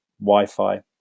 Wi-Fi